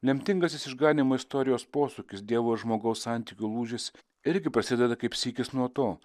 lemtingasis išganymo istorijos posūkis dievo ir žmogaus santykių lūžis irgi prasideda kaip sykis nuo to